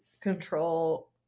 control